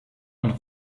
und